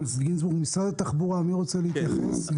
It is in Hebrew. משרד התחבורה, מי רוצה להתייחס?